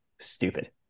stupid